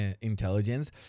intelligence